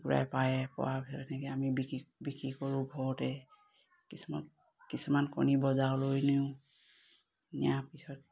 কুকুৰাই পাৰে এনেকে আমি বিক্ৰী কৰোঁ ঘৰতে কিছুমান কিছুমান কণী বজাৰলৈ নিওঁ নিয়াৰ পিছত